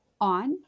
on